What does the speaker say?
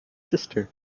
sister